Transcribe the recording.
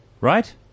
Right